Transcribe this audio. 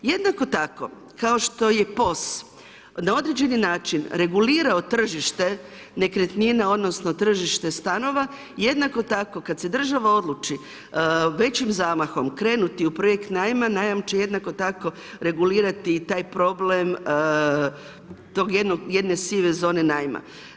Jednako tako kao što je POS na određeni način regulirao tržište nekretnina, odnosno tržište stanova, jednako tako kad se država odluči većim zamahom krenuti u projekt najma, najam će jednako tako regulirati i taj problem te jedne sive zone najma.